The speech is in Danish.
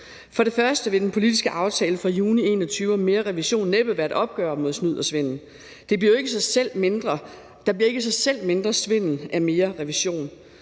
For det første vil den politiske aftale fra juni 2021 om mere revision næppe være et opgør med snyd og svindel. Der bliver jo ikke i sig selv mindre svindel af mere revision.